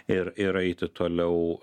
ir ir eiti toliau